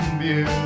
view